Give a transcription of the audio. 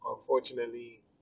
unfortunately